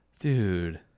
Dude